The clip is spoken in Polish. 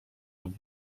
lub